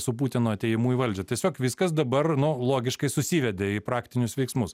su putino atėjimu į valdžią tiesiog viskas dabar nu logiškai susivedė į praktinius veiksmus